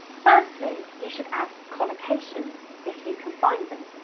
firstly, you should add collocations if you can find them.